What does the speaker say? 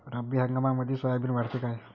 रब्बी हंगामामंदी सोयाबीन वाढते काय?